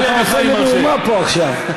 אתה אחראי למהומה פה, עכשיו.